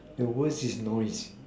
the worst is noise